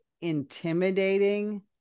intimidating